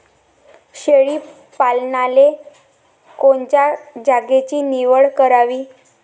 शेळी पालनाले कोनच्या जागेची निवड करावी?